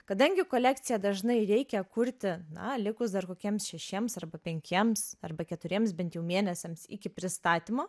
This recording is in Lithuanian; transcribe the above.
kadangi kolekciją dažnai reikia kurti na likus dar kokiems šešiems arba penkiems arba keturiems bent jau mėnesiams iki pristatymo